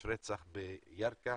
יש רצח בירכא,